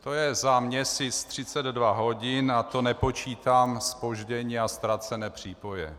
To je za měsíc 32 hodin a to nepočítám zpoždění a ztracené přípoje.